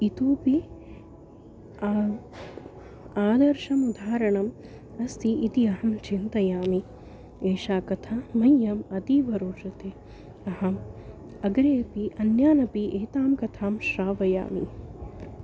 इतोपि आ आदर्शम् उदाहरणम् अस्ति इति अहं चिन्तयामि एषा कथा मह्यम् अतीव रोचते अहम् अग्रे अपि अन्यान् अपि एतां कथां श्रावयामि